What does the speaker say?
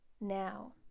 now